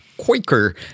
Quaker